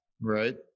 right